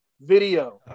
video